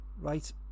Right